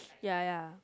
ya ya